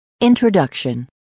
Introduction